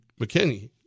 McKinney